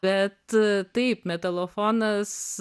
bet taip metalofonas